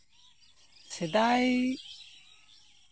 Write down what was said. ᱥᱮᱫᱟᱭ